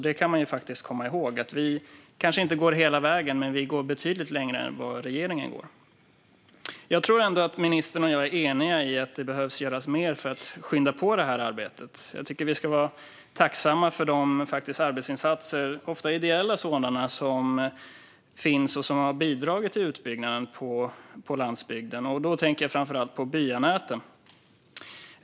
Det kan man komma ihåg: Vi kanske inte går hela vägen, men vi går betydligt längre än vad regeringen gör. Jag tror ändå att ministern och jag är eniga om att det behöver göras mer för att skynda på det här arbetet. Jag tycker att vi ska vara tacksamma för de arbetsinsatser, ofta ideella sådana, som har bidragit till utbyggnaden på landsbygden. Jag tänker då framför allt på byanäten.